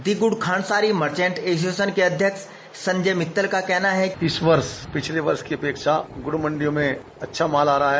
दि Gur Khandsari merchant association के अध्यक्ष संजय मित्तल का कहना हैं कि इस वर्ष पिछले वर्ष की अपेक्षा गुड मंडियों में अच्छा माल आ रहा है